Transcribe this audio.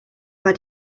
war